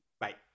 bye